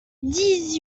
dix